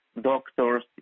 doctors